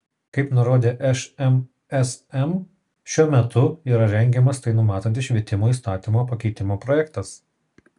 kaip nurodė šmsm šiuo metu yra rengiamas tai numatantis švietimo įstatymo pakeitimo projektas